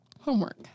Homework